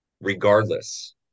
regardless